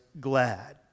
glad